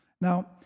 Now